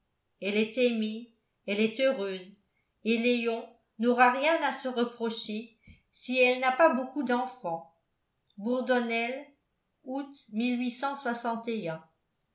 elle est aimée elle est heureuse et léon n'aura rien à se reprocher si elle n'a pas beaucoup d'enfants bourdonnel